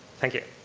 thank you.